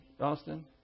Austin